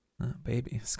Baby